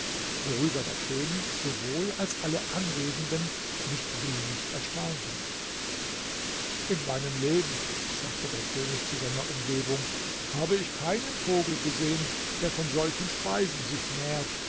worüber der könig sowohl als alle anwesenden nicht wenig erstaunten in meinem leben sagte der könig zu seiner umgebung habe ich keinen vogel gesehen der von solchen speisen sich nährt